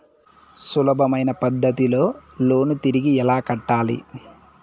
సులభమైన పద్ధతిలో లోను తిరిగి ఎలా కట్టాలి